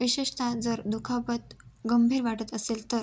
विशेषताः जर दुखापत गंभीर वाटत असेल तर